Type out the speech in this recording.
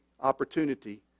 opportunity